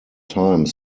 time